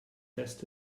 best